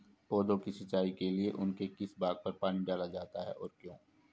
पौधों की सिंचाई के लिए उनके किस भाग पर पानी डाला जाता है और क्यों?